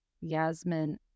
Yasmin